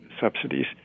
subsidies